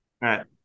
right